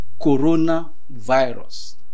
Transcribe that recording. coronavirus